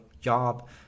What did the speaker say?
job